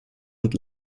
und